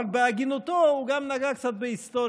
אבל בהגינותו הוא גם נגע קצת בהיסטוריה.